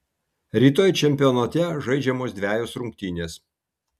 rytoj čempionate žaidžiamos dvejos rungtynės